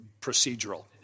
procedural